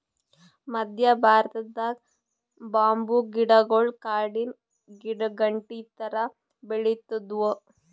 ಮದ್ಯ ಭಾರತದಾಗ್ ಬಂಬೂ ಗಿಡಗೊಳ್ ಕಾಡಿನ್ ಗಿಡಾಗಂಟಿ ಥರಾ ಬೆಳಿತ್ತಿದ್ವು